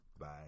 Bye